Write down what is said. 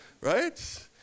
Right